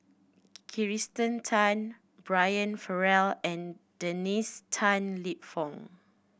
Kirsten Tan Brian Farrell and Dennis Tan Lip Fong